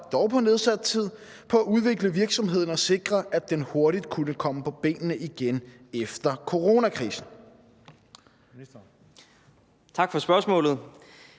dog på nedsat tid, på at udvikle virksomheden og sikre, at den hurtigt kunne komme på benene igen efter coronakrisen?